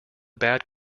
bad